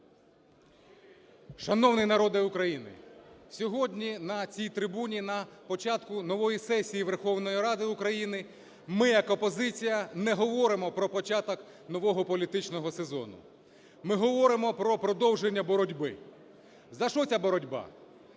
Шановний народе України! Сьогодні на цій трибуні на початку нової сесії Верховної Ради України ми як опозиція не говоримо про початок нового політичного сезону, ми говоримо про продовження боротьби. За що ця боротьба?